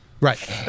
Right